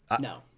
No